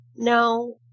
No